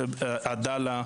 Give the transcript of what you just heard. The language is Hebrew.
עדאללה,